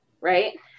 right